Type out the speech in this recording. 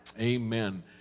Amen